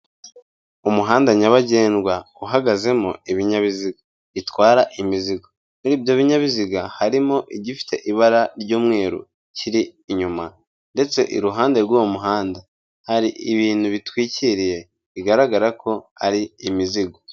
Umuhanda nyabagendwa, uhagazemo ibinyabiziga bitwara imizigo, muri ibyo binyabiziga, harimo igifite ibara ry'umweru kiri inyuma, ndetse iruhande rw'uwo muhanda, hari ibintu bitwikiriye, bigaragara ko ari imizigo.